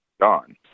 gone